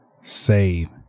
Save